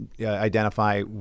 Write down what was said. identify